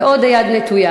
ועוד היד נטויה.